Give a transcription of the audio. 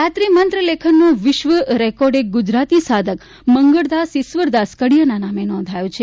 ગાયત્રી મંત્રલેખનનો વિશ્વ રેકોર્ડ એક ગુજરાતી સાધક મંગળદાસ ઈશ્વરદાસ કડીયાના નામે નોંધાયો છે